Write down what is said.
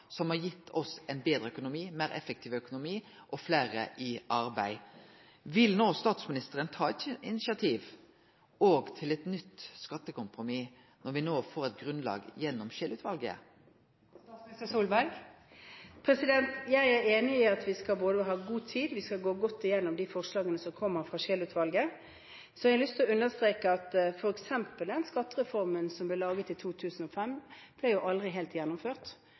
som har gitt oss ein betre økonomi, ein meir effektiv økonomi og fleire i arbeid. Vil statsministeren no ta eit initiativ òg til eit nytt skattekompromiss, når me no får eit grunnlag gjennom Scheel-utvalet? Jeg er enig i at vi skal ha både god tid og gå godt igjennom de forslagene som kommer fra Scheel-utvalget. Så har jeg lyst til å understreke at f.eks. den skattereformen som ble laget i 2005, aldri ble helt gjennomført,